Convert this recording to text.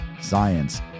science